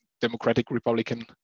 Democratic-Republican